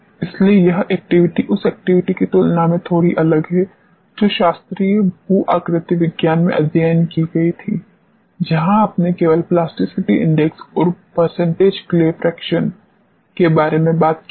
इसलिए यह एक्टिविटी उस एक्टिविटी की तुलना में थोड़ी अलग है जो शास्त्रीय भू आकृति विज्ञान में अध्ययन की गई थी जहां आपने केवल प्लास्टिसिटी इंडेक्स और परसेंटेज क्ले फ्रैक्शन के बारे में बात की थी